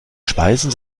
speisen